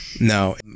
No